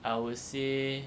I will say